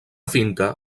finca